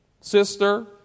sister